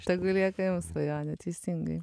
tegu lieka jums svajonė teisingai